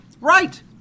right